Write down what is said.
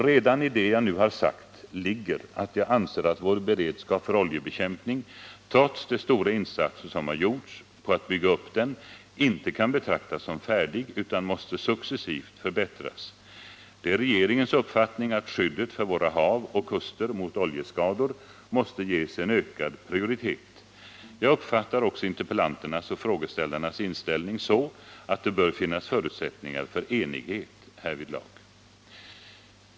Redan i det jag nu har sagt ligger att jag anser att vår beredskap för oljebekämpning, trots de stora insatser som har gjorts på att bygga upp den, inte kan betraktas som färdig utan måste successivt förbättras. Det är regeringens uppfattning att skyddet för våra hav och kuster mot oljeskador måste ges en ökad prioritet. Jag uppfattar också interpellanternas och frågeställarnas inställning så att det bör finnas förutsättningar för enighet härvidlag.